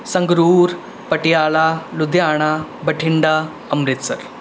Sangrur Patiala Ludhiana Bathinda Amritsar